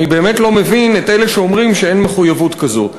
אני באמת לא מבין את אלה שאומרים שאין מחויבות כזאת.